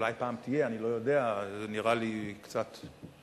אולי פעם תהיה, אני לא יודע, זה נראה לי קצת רחוק,